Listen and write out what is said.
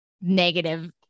negative